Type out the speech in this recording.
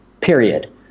Period